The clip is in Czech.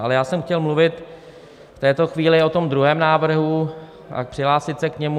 Ale já jsem chtěl mluvit v této chvíli o tom druhém návrhu a přihlásit se k němu.